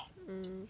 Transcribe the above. mm